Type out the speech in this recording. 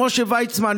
למשה וידמן,